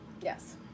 Yes